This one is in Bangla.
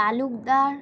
তালুকদার